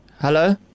hello